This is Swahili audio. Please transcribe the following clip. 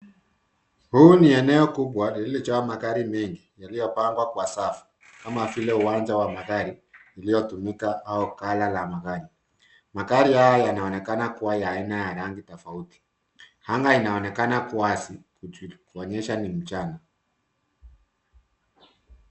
Huu ni eneo kubwa lililojaa magari mengi yaliyopangwa kwa safu kama vile uwanja wa magari lililotumika au ghala la magari, magari haya yanaonekana kuwa ya aina ya rangi tofauti anga inaonekana kuwa wazi kuonyesha ni mchana.